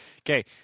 okay